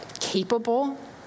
capable